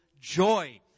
joy